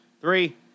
three